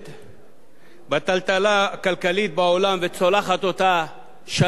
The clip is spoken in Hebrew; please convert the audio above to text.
בטלטלה הכלכלית בעולם וצולחת אותה שנה אחר שנה,